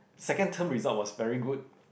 second term result was very good